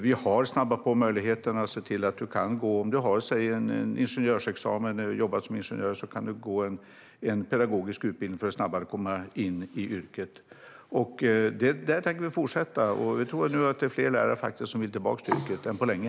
Vi har sett till att om du har, säg, en ingenjörsexamen och har jobbat som ingenjör kan du gå en pedagogisk utbildning för att snabbare komma in i läraryrket. Vi tänker fortsätta, och vi tror att det nu är fler lärare som vill tillbaka till yrket än på länge.